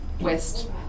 west